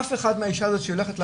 אף אחת מהנשים האלו שהולכות לעבוד,